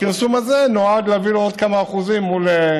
הפרסום הזה נועד להביא לו עוד כמה אחוזים מול,